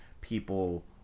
people